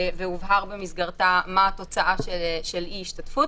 והובהר במסגרתה מה התוצאה של אי ההשתתפות.